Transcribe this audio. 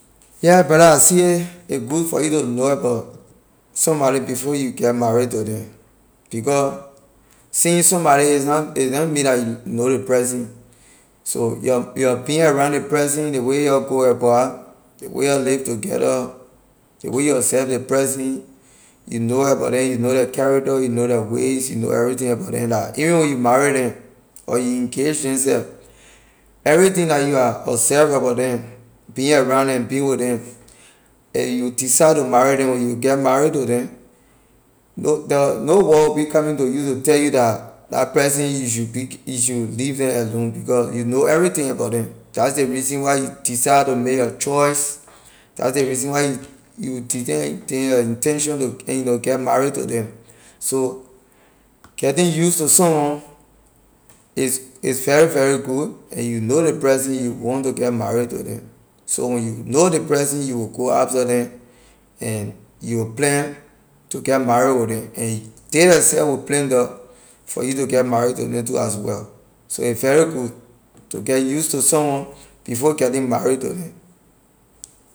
Yeah brother I see it a good to know about somebody before you get marry to them because seeing somebody is na is na mean la you know ley person so your your being around ley person ley way your go about ley way your live together ley way you observe ley person you know about them you know la character you know la ways you know everything about them la even when you marry neh or you engage them she everything la you have observe about them be around them be with them if you decide to marry them when you get marry to them no boy no boy will be coming to you to tell that la person you should be you should leave them alone because you know everything about them that’s the reason why you decide to make your choice that’s the reason you intention to you know get marry to them so getting use to someone is a very very good and you know ley person you want to get marry to them so when you know ley person you will go after them and you will plan to get marry to them and they theirself will plan for you to get marry to them too as well so a very good to get use to someone before getting marry to them.